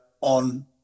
on